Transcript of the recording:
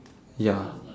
ya